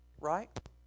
right